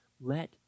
Let